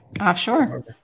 Offshore